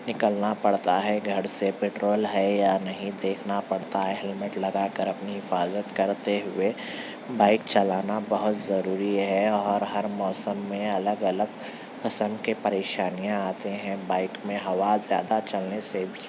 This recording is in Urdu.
نکلنا پڑتا ہے گھر سے پٹرول ہے یا نہیں دیکھنا پڑتا ہے ہیلمیٹ لگا کر اپنی حفاظت کرتے ہوئے بائک چلانا بہت ضروری ہے اور ہر موسم میں الگ الگ قسم کے پریشانیاں آتے ہیں بائک میں ہوا زیادہ چلنے سے